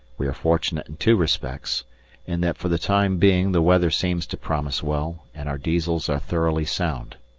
we are fortunate in two respects in that for the time being the weather seems to promise well, and our diesels are thoroughly sound.